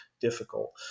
difficult